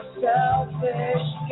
selfish